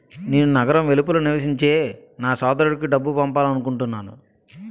నేను నగరం వెలుపల నివసించే నా సోదరుడికి డబ్బు పంపాలనుకుంటున్నాను